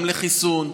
גם לחיסון,